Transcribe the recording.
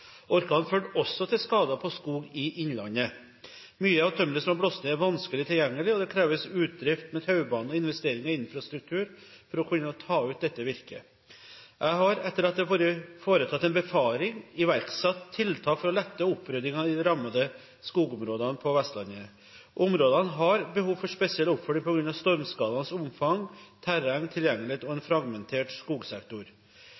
førte også til skader på skog i innlandet. Mye av tømmeret som har blåst ned, er vanskelig tilgjengelig, og det kreves utdrift med taubane og investeringer i infrastruktur for å kunne ta ut dette virket. Jeg har etter at det er foretatt en befaring, iverksatt tiltak for å lette opprydningen i de rammede skogområdene på Vestlandet. Områdene har behov for spesiell oppfølging på grunn av stormskadenes omfang, terreng, tilgjengelighet og